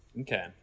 Okay